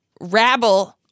rabble